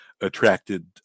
attracted